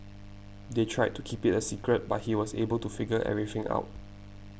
they tried to keep it a secret but he was able to figure everything out